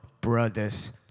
brothers